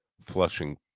flushing